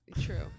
True